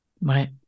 Right